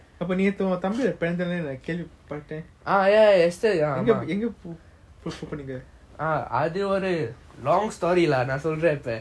அப்புறம் நேத்து உன் தம்பி நான் கேள்வி பாட்டன் எங்க எங்க போனீங்க:apram neathu un thambi naan kealvi paatan enga enga poninga